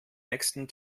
nächsten